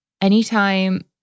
anytime